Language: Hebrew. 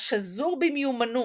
השזור במיומנות,